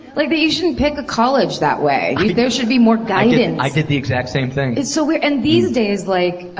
like you shouldn't pick a college that way. there should be more guidance. i did the exact same thing. it's so weird. and these days, like,